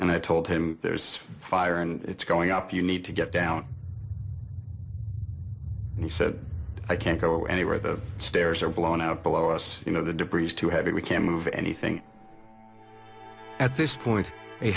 and i told him there's fire and it's going up you need to get down and he said i can't go any where the stairs are blown out below us you know the degrees too heavy we can't move anything at this point